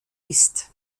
ist